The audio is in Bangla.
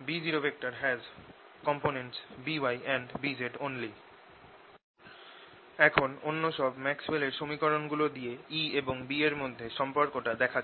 B00 B0 has components By and Bz only এখন অন্য সব ম্যাক্সওয়েলের সমীকরণ গুলো দিয়ে E এবং B এর মধ্যে সম্পর্কটা দেখা যাক